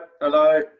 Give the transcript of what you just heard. hello